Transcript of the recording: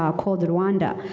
um called rowanda.